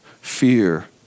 Fear